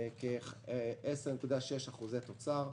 כ-10.6% תוצר.